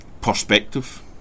perspective